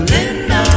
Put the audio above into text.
Linda